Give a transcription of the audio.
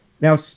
Now